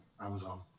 Amazon